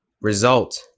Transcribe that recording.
result